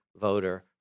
voter